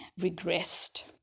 regressed